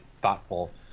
thoughtful